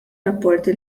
rapporti